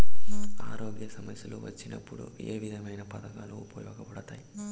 ఆరోగ్య సమస్యలు వచ్చినప్పుడు ఏ విధమైన పథకాలు ఉపయోగపడతాయి